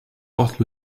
porte